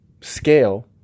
scale